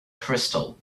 crystal